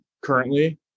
currently